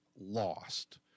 lost